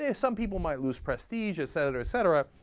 yeah some people might lose prestige, etc. etc,